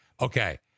Okay